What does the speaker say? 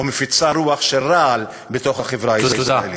ומפיצה רוח של רעל בתוך החברה הישראלית.